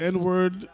N-word